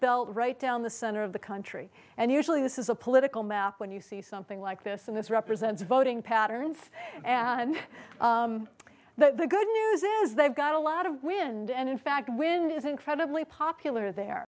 belt right down the center of the country and usually this is a political map when you see something like this and this represents voting patterns and the good news is they've got a lot of wind and in fact wind is incredibly popular there